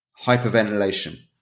hyperventilation